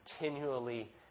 continually